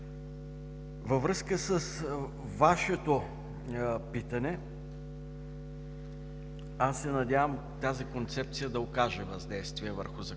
Във връзка с Вашето питане, аз се надявам тази концепция да окаже въздействие върху